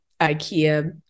Ikea